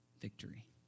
victory